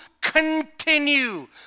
continue